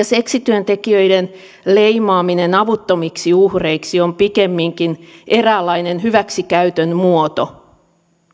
seksityöntekijöiden leimaaminen avuttomiksi uhreiksi on pikemminkin eräänlainen hyväksikäytön muoto